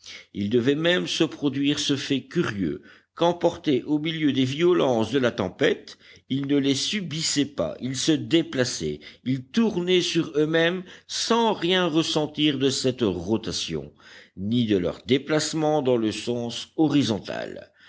il devait même se produire ce fait curieux qu'emportés au milieu des violences de la tempête ils ne les subissaient pas ils se déplaçaient ils tournaient sur eux-mêmes sans rien ressentir de cette rotation ni de leur déplacement dans le sens horizontal